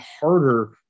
harder